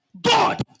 God